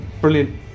brilliant